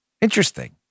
Interesting